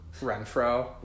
Renfro